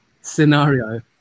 scenario